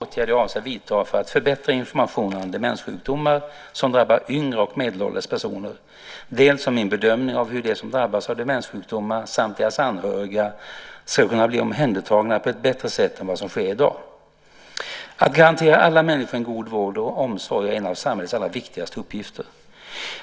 Herr talman! Lars-Ivar Ericson har frågat mig dels vilka åtgärder jag avser vidta för att förbättra informationen om demenssjukdomar som drabbar yngre och medelålders personer, dels om min bedömning av hur de som drabbas av demenssjukdomar samt deras anhöriga ska kunna bli omhändertagna på ett bättre sätt än vad som sker i dag. Att garantera alla människor en god vård och omsorg är en av samhällets allra viktigaste uppgifter.